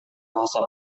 bahasa